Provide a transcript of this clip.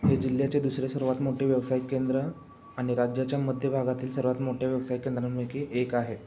हे जिल्ह्याचे दुसरे सर्वात मोठे व्यावसायिक केंद्र आणि राज्याच्या मध्य भागातील सर्वात मोठ्या व्यावसायिक केंद्रांपैकी एक आहे